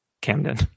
Camden